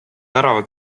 värava